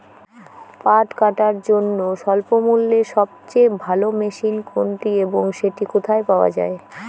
পাট কাটার জন্য স্বল্পমূল্যে সবচেয়ে ভালো মেশিন কোনটি এবং সেটি কোথায় পাওয়া য়ায়?